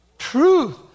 Truth